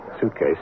Suitcase